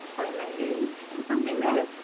or in mandarin. something that.